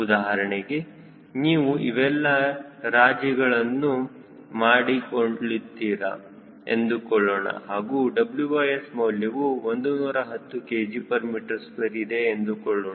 ಉದಾಹರಣೆಗೆ ನೀವು ಇವೆಲ್ಲ ರಾಜಿಗಳನ್ನು ಮಾಡಿಕೊಳ್ಳುತ್ತೀರಾ ಎಂದುಕೊಳ್ಳೋಣ ಹಾಗೂ WS ಮೌಲ್ಯವು 110 kgm2 ಇದೆ ಎಂದುಕೊಳ್ಳೋಣ